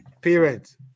parents